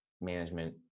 management